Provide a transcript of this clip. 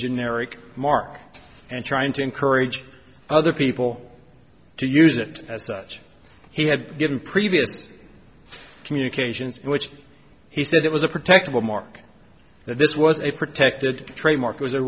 generic mark and trying to encourage other people to use it as such he had given previous communications which he said it was a protected will mark that this was a protected trademark